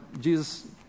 Jesus